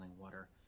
water